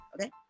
Okay